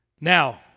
Now